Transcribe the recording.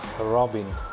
Robin